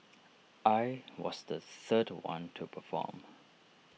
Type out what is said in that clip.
I was the third one to perform